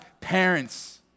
parents